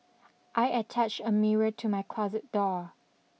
I attached a mirror to my closet door